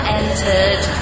entered